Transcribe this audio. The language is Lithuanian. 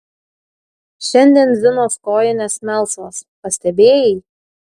šiandien zinos kojinės melsvos pastebėjai